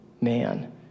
man